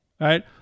right